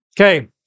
Okay